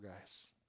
guys